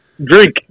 Drink